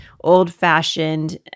old-fashioned